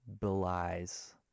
belies